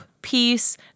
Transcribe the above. peace